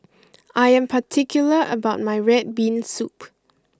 I am particular about my red bean soup